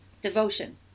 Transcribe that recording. devotion